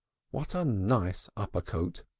what a nice upper-coat!